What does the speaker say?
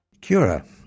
Cura